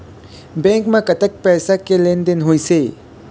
Bank म कतक पैसा के लेन देन होइस हे?